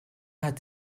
hat